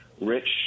rich